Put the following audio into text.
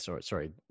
Sorry